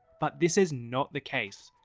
but this is not the case,